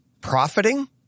profiting